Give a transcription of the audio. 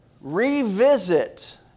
Revisit